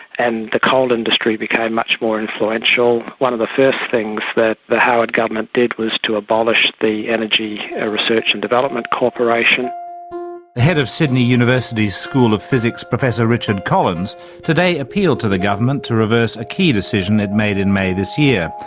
and the coal industry became much more influential. one of the first things that the howard government did was to abolish the energy ah research and development corporation. the head of sydney university school of physics, professor richard collins today appealed to the government to reverse a key decision it made in may this year.